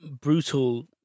brutal